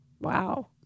Wow